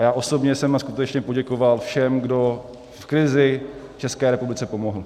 Já osobně jsem skutečně poděkoval všem, kdo v krizi České republice pomohli.